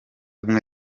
ubumwe